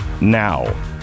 now